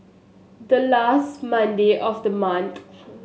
the last Monday of the month